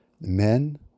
Men